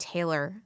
Taylor